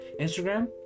Instagram